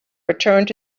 returned